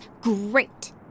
great